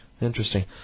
interesting